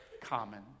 common